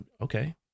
okay